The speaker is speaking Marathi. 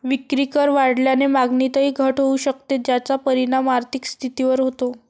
विक्रीकर वाढल्याने मागणीतही घट होऊ शकते, ज्याचा परिणाम आर्थिक स्थितीवर होतो